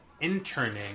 interning